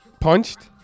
Punched